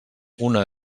una